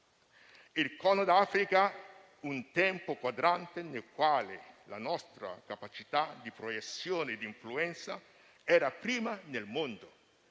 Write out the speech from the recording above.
Il Corno d'Africa, un tempo quadrante nel quale la nostra capacità di proiezione e influenza era prima nel mondo,